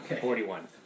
Forty-one